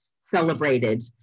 celebrated